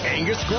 Angus